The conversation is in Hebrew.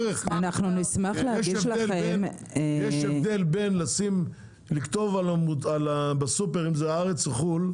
יש הבדל בין לכתוב בסופר אם זה תוצרת הארץ או חו"ל,